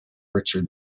richard